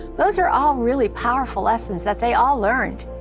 those are all really powerful lessons that they all learned.